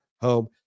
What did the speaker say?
home